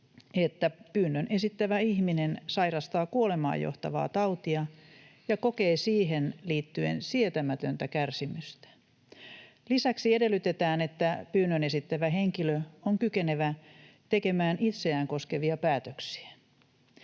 että pyynnön esittävä ihminen sairastaa kuolemaan johtavaa tautia ja kokee siihen liittyen sietämätöntä kärsimystä. Lisäksi edellytetään, että pyynnön esittävä henkilö on kykenevä tekemään itseään koskevia päätöksiä.